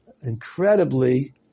incredibly